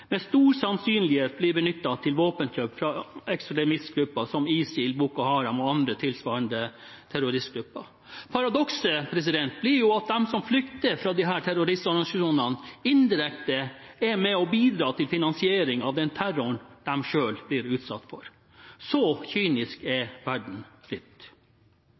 med stor sannsynlighet blir benyttet til våpenkjøp av ekstremistgrupper som ISIL, Boko Haram og andre tilsvarende terroristgrupper. Paradokset er at de som flykter fra disse terroristorganisasjonene, indirekte er med og bidrar til finansiering av den terroren de selv blir utsatt for. Så kynisk er verden